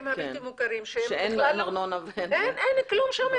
הבלתי מוכרים שאין ארנונה אין כלום שם,